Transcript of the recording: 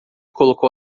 colocou